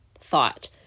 thought